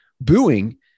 booing